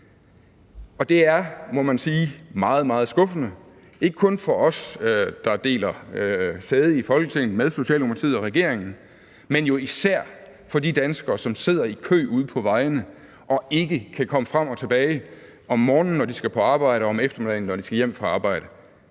på. Det er, må man sige, meget, meget skuffende, ikke kun for os, der deler sæde i Folketinget med Socialdemokratiet og regeringen, men jo især for de danskere, der sidder i kø ude på vejene og ikke kan komme frem og tilbage – om morgenen, når de skal på arbejde, og om eftermiddagen, når de skal hjem fra arbejde.